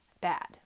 bad